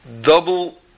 double